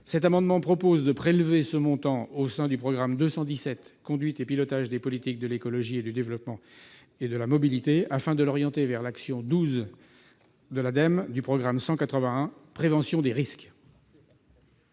cet amendement prévoit de prélever ce montant au sein du programme 217 « Conduite et pilotage des politiques de l'écologie, du développement et de la mobilité durable » afin de l'orienter vers l'action n° 12, ADEME, du programme 181 « Prévention des risques